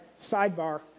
sidebar